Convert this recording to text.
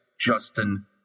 Justin